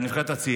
חלק מנבחרת הנוער